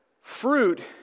fruit